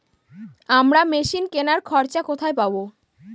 আমরা মেশিন কেনার খরচা কোথায় পাবো?